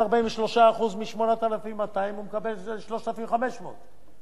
הוא מקבל 3,500. אז יש לו פטור הרבה יותר גדול.